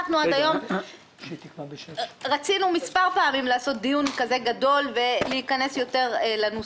עד היום רצינו מספר פעמים לערוך דיון כזה גדול ולהיכנס לנוסחאות.